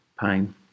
pain